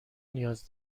نیاز